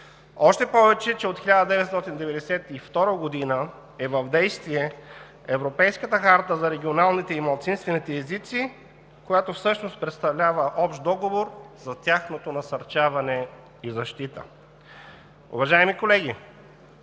Още повече, че от 1992 г. е в действие Европейската харта за регионалните и малцинствените езици, която всъщност представлява общ договор за тяхното насърчаване и защита. Уважаеми колеги,